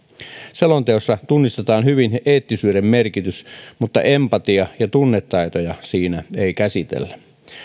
selonteossa tunnistetaan hyvin eettisyyden merkitys mutta empatia ja tunnetaitoja siinä ei käsitellä